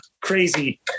crazy